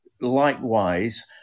likewise